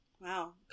Wow